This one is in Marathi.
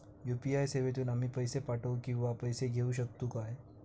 यू.पी.आय सेवेतून आम्ही पैसे पाठव किंवा पैसे घेऊ शकतू काय?